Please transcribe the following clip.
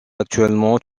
actuellement